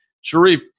Sharif